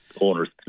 owners